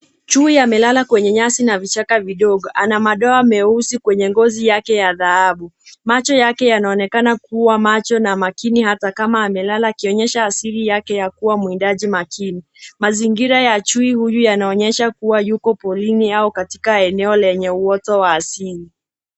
Chui amelala kwenye nyasi na vichaka vidogo ana madoa meusi kwenye ngozi yake ya dhahabu macho yake yanaonekana kuwa macho na makini hata kama amelala akionyesha asili yake ya kuwa mwindaji makini. Mazingira ya chui huyu yanaonyesha kuwa yuko porini au katika eneo lenye uoto wa asili.